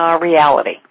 reality